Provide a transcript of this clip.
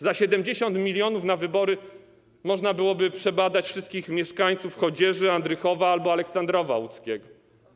Za 70 mln na wybory można by było przebadać wszystkich mieszkańców Chodzieży, Andrychowa albo Aleksandrowa Łódzkiego.